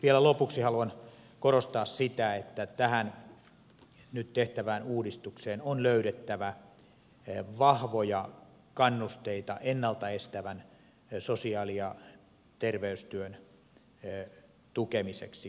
vielä lopuksi haluan korostaa sitä että tähän nyt tehtävään uudistukseen on löydettävä vahvoja kannusteita ennalta estävän sosiaali ja terveystyön tukemiseksi